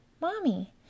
Mommy